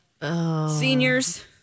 seniors